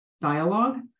dialogue